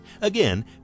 Again